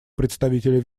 представителя